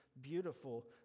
beautiful